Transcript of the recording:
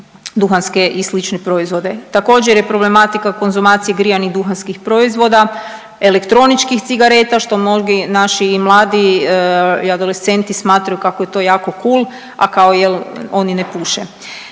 duhanske i slične proizvode. Također je problematika konzumacije grijanih duhanskih proizvoda, elektroničkih cigareta, što mnogi naši i mladi i adolescenti smatraju kako je to jako cool, a kao jel oni ne puše.